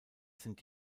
sind